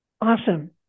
Awesome